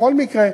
בכל מקרה,